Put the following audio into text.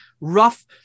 rough